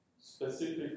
specific